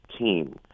team